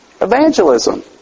Evangelism